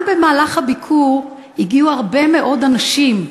גם במהלך הביקור הגיעו הרבה מאוד אנשים לבקר,